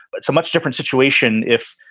but so much different situation. if